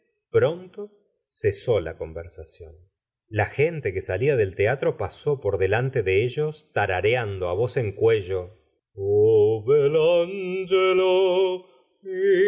pronto cesó la conversación la gente que salía del teatro pasó por delante de ellos tarareando á voz en cuello